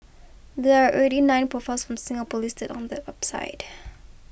there are already nine profiles from Singapore listed on that website